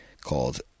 called